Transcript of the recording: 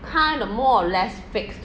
kind of more or less fixed